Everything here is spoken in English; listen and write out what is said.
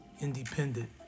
independent